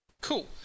Cool